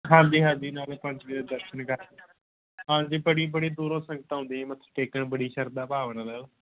ਹਾਂਜੀ ਹਾਂਜੀ ਨਾਲੇ ਪੰਜ ਵਜੇ ਦਰਸ਼ਨ ਹਾਂਜੀ ਬੜੀ ਬੜੀ ਦੂਰੋਂ ਸੰਗਤਾਂ ਆਉਂਦੀਆਂ ਜੀ ਮੱਥਾ ਟੇਕਣ ਬੜੀ ਸ਼ਰਧਾ ਭਾਵਨਾ ਨਾਲ਼